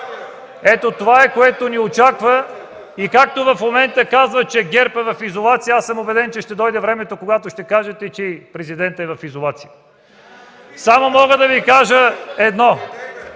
Ето това е, което ни очаква. И както в момента казват, че ГЕРБ е в изолация, аз съм убеден, че ще дойде времето, когато ще кажете, че и президентът е в изолация. (Шум и реплики.) Само мога да Ви кажа едно